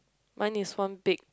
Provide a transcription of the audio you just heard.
one is from big